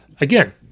Again